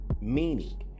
Meaning